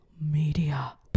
media